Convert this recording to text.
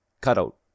cutout